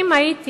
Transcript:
אם היית